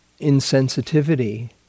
insensitivity